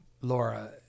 Laura